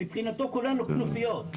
מבחינתו כולנו כנופיות,